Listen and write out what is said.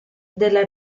della